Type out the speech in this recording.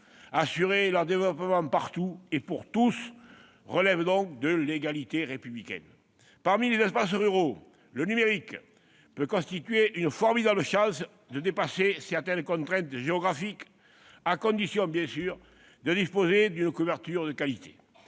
Assurer leur développement partout et pour tous relève donc de l'égalité républicaine. Dans les espaces ruraux, le numérique peut constituer une formidable chance de dépasser certaines contraintes géographiques, à condition, bien sûr, que l'on dispose d'une couverture de qualité.